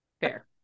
Fair